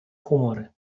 humory